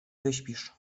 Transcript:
wyśpisz